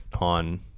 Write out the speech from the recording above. on